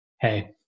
hey